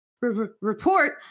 report